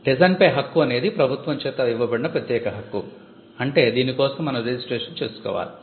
design పై హక్కు అనేది ప్రభుత్వం చేత ఇవ్వబడిన ప్రత్యేక హక్కు అంటే దీని కోసం మనం రిజిస్ట్రేషన్ చేసుకోవాలి